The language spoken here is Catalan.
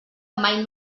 mai